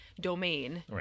domain